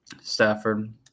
Stafford